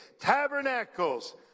Tabernacles